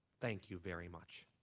thank you very much.